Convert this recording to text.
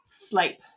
sleep